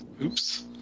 oops